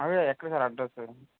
అదే ఎక్కడ sir address